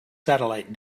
satellite